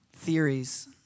theories